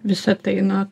visa tai na